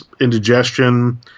indigestion